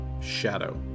shadow